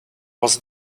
was